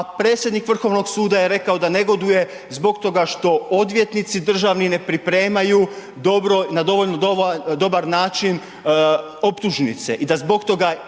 a predsjednik Vrhovnog suda je rekao da negoduje zbog toga što odvjetnici državni ne pripremaju dobro, na dovoljno dobar način optužnice